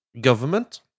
Government